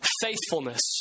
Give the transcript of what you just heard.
faithfulness